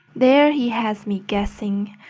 there he has me guessing.